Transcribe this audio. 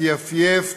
מתייפייף,